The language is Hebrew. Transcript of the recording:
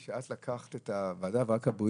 כאשר לקחת עליך רק את ועדת הבריאות,